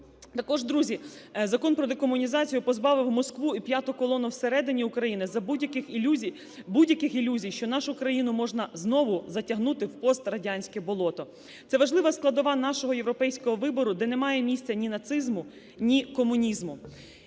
Також, друзі, Закон про декомунізацію позбавив Москву і "п'яту колонну" всередині України за будь-яких ілюзій.... будь-яких ілюзій, що нашу країну можна знову затягнути в пострадянське болото. Це важлива складова нашого європейського вибору, де немає місця ні нацизму, ні комунізму.